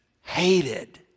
hated